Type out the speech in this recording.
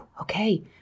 okay